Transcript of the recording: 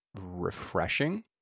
refreshing